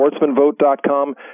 sportsmanvote.com